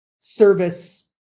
service